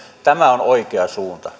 tämä on oikea suunta